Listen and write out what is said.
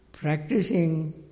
Practicing